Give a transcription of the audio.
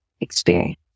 experience